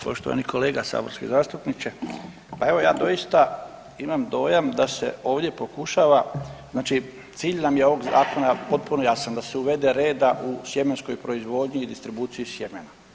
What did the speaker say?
Poštovani kolega saborski zastupniče, pa evo ja doista imam dojam da se ovdje pokušava znači cilj nam je ovog zakona potpuno jasan da se uvede reda u sjemenskoj proizvodnji i distribuciji sjemena.